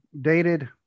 dated